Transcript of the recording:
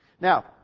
Now